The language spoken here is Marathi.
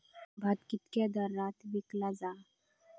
भात कित्क्या दरात विकला जा?